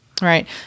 Right